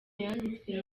yanditswe